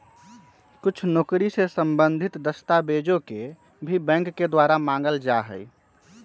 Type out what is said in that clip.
कुछ नौकरी से सम्बन्धित दस्तावेजों के भी बैंक के द्वारा मांगल जा हई